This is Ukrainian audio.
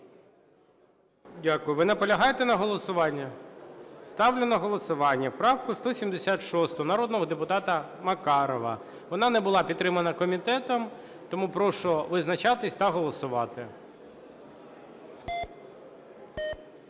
Дякую. Ви наполягаєте на голосуванні? Ставлю на голосування правку 176 народного депутата Макарова, вона не була підтримана комітетом, тому прошу визначатися та голосувати.